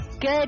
Good